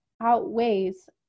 outweighs